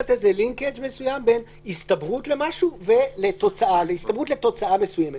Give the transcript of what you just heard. לינקג' מסוים בין הסתברות למשהו ובין הסתברות לתוצאה מסוימת.